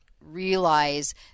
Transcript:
realize